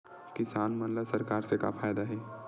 किसान मन ला सरकार से का फ़ायदा हे?